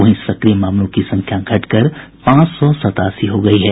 वहीं सक्रिय मामलों की संख्या घटकर पांच सौ सतासी हो गयी है